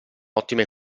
ottime